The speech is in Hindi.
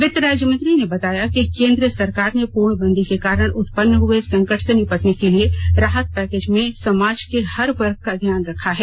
वित्त राज्य मंत्री ने बताया कि केन्द्र सरकार ने पूर्णबंदी के कारण उत्पन्न हुए संकट से निपटने के लिए राहत पैकेज में समाज के हर वर्ग का ध्यान रखा है